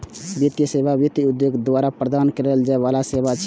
वित्तीय सेवा वित्त उद्योग द्वारा प्रदान कैल जाइ बला सेवा छियै